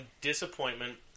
disappointment